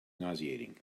nauseating